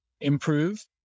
improve